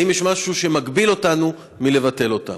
האם יש משהו שמגביל אותנו מלבטל אותם?